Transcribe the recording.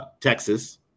Texas